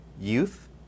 youth